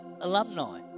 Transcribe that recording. alumni